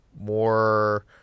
more